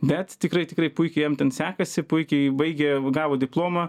bet tikrai tikrai puikiai jam ten sekasi puikiai baigė gavo diplomą